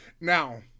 Now